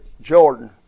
Jordan